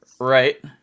right